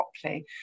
properly